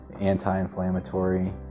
anti-inflammatory